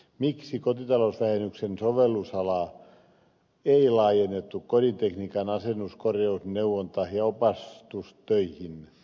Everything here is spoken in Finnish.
miksi kotitalousvähennyksen sovellusalaa ei laajennettu kodintekniikan asennus korjaus neuvonta ja opastustöihin